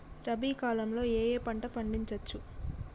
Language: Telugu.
రబీ కాలంలో ఏ ఏ పంట పండించచ్చు?